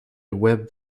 web